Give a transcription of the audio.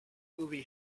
movie